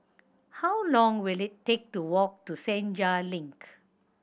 how long will it take to walk to Senja Link